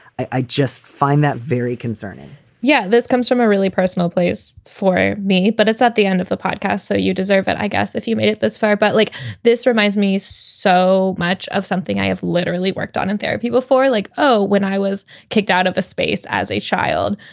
i just find that very concerning yeah, this comes from a really personal place for me, but it's at the end of the podcast, so you deserve it. i guess if you made it this far. but like this reminds me so much of something i have literally worked on in therapy before. like oh, when i was kicked out of a space as a child,